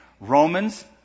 Romans